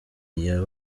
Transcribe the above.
iya